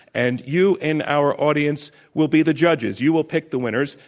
and you in our audience will be the judges, you will pick the winners,